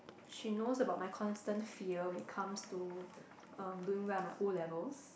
she knows about my constant fear when it comes to um doing well in my O-levels